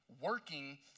working